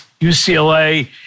UCLA